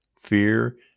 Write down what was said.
fear